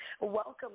Welcome